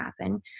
happen